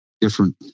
different